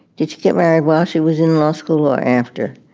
did she get married while she was in law school or after